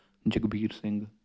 Jagbir Singh